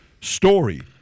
story